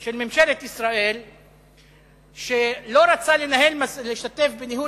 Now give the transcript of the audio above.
של ממשלת ישראל שלא רצה להשתתף בניהול